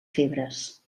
febres